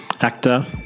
Actor